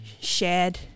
shared